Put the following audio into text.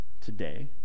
today